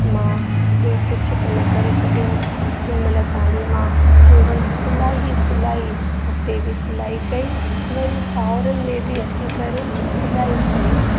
मां ॿियों कुझु त न करे सघियमि हिनमहिल ताईं मां केवल सिलाई ई सिलाई उते बि सिलाई कई वरी साहुरनि में बि अची करे सिलाई कई